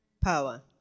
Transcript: power